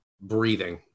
breathing